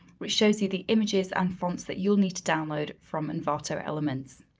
which shows you the images and fonts that you'll need to download from envato elements.